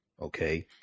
Okay